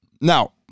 Now